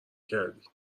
کردی